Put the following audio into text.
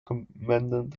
commandant